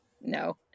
No